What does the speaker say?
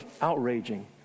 outraging